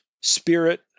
spirit